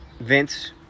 Vince